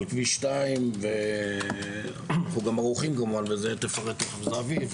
על כביש 2. אנחנו גם ערוכים כמובן לזה תפרט תכף זהבית,